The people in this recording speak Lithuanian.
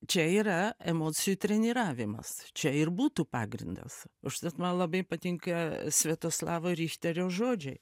čia yra emocijų treniravimas čia ir būtų pagrindas užtat man labai patinka sviatoslavo richterio žodžiai